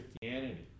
Christianity